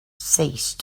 ceased